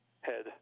head